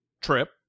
trip